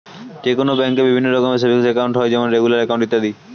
যে কোনো ব্যাঙ্কে বিভিন্ন রকমের সেভিংস একাউন্ট হয় যেমন রেগুলার অ্যাকাউন্ট, ইত্যাদি